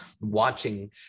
watching